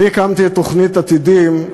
אני הקמתי את תוכנית "עתידים",